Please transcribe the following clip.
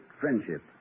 friendship